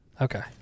okay